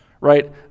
right